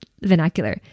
vernacular